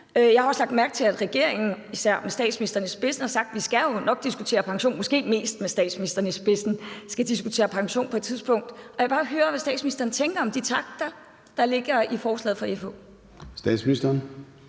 Jeg har også lagt mærke til, at regeringen, især med statsministeren i spidsen, har sagt, at vi jo nok skal diskutere, måske mest med statsministeren i spidsen, pension på et tidspunkt, og jeg vil bare høre, hvad statsministeren tænker om de takter, der ligger i forslaget fra FH.